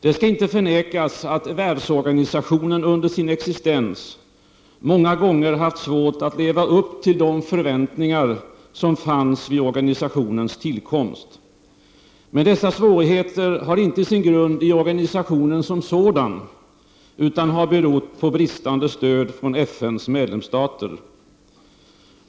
Det skall inte förnekas att världsorganisationen under sin existens många gånger haft svårt att leva upp till de förväntningar som fanns vid organisationens tillkomst. Men dessa svårigheter har inte sin grund i organisationen som sådan, utan har berott på bristande stöd från FNs medlemsstater.